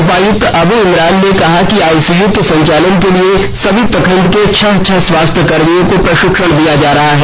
उपायुक्त अब् इमरान ने कहा कि आइसीयू के संचालन के लिए सभी प्रखंड के छह छह स्वास्थ्य कर्मियों को प्रशिक्षण दिया जा रहा है